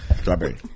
strawberry